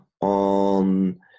on